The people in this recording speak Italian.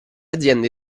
aziende